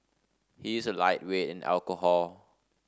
he is a lightweight in alcohol